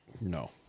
no